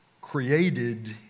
created